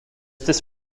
this